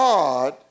God